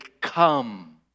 come